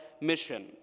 mission